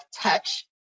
Touch